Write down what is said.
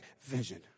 vision